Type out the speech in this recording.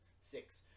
Six